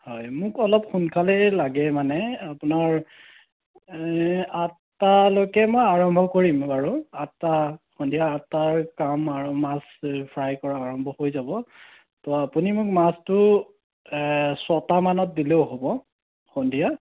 হয় মোক অলপ সোনকালে লাগে মানে আপোনাৰ আঠটালৈকে মই আৰম্ভ কৰিম বাৰু আঠটা সন্ধিয়া আঠটাৰ কাম আৰু মাছ এই ফ্ৰাই কৰা আৰম্ভ হৈ যাব ত' আপুনি মোক মাছটো ছটা মানত দিলেও হ'ব সন্ধিয়া